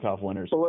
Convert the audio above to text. winners